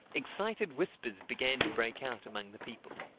excited whispers began to break out among the people.